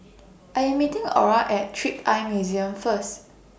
I Am meeting Orra At Trick Eye Museum First